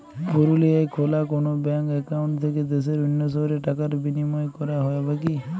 পুরুলিয়ায় খোলা কোনো ব্যাঙ্ক অ্যাকাউন্ট থেকে দেশের অন্য শহরে টাকার বিনিময় করা যাবে কি?